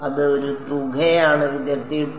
ഇത് ഒരു തുകയാണ് വിദ്യാർത്ഥി 2